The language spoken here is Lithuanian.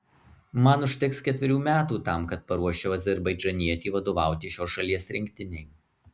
man užteks ketverių metų tam kad paruoščiau azerbaidžanietį vadovauti šios šalies rinktinei